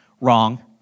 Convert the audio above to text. Wrong